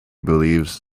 believes